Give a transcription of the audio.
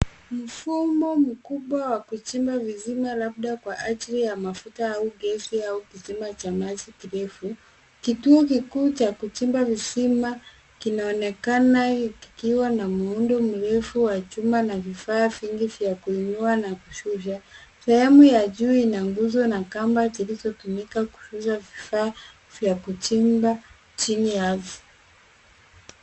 Mfumo mkubwa wa kuchimba visima labda kwa ajili ya mafuta au gesi au kisima cha maji kirefu. Kituo kikuu cha kuchimba visima kinaonekana kikiwa na muundo mrefu wa chuma na vifaa vingi vya kuinua na kushusha. Sehemu ya juu ina nguzo na kamba zilizotumika kukuza vifaa vya kuchimba chini ya ardhi.